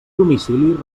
domicili